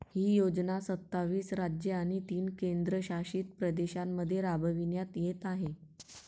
ही योजना सत्तावीस राज्ये आणि तीन केंद्रशासित प्रदेशांमध्ये राबविण्यात येत आहे